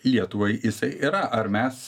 lietuvai jisai yra ar mes